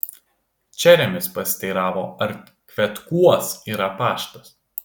čeremis pasiteiravo ar kvetkuos yra paštas